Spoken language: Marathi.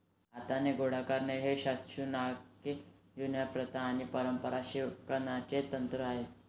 हाताने गोळा करणे ही शतकानुशतके जुनी प्रथा आणि पारंपारिक शिवणकामाचे तंत्र आहे